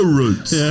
roots